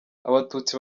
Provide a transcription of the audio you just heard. abatutsi